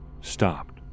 stopped